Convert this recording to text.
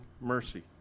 mercy